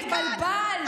התבלבלת.